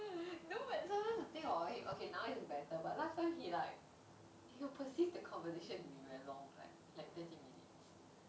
no but sometimes the thing about him okay now he's better but last time he like he'll persist the conversation to be very long like like twenty minutes